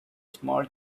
small